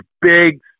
big